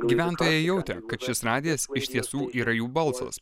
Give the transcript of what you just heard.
gyventojai jautė kad šis radijas iš tiesų yra jų balsas